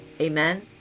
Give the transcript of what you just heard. Amen